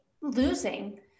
losing